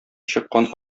чыккан